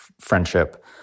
friendship